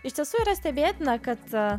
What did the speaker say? iš tiesų yra stebėtina kad